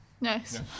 Nice